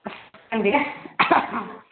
ꯑꯁ ꯈꯪꯗꯦꯗ